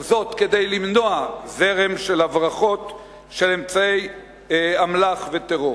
כדי למנוע זרם של הברחות של אמצעי אמל"ח וטרור.